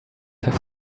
have